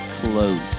close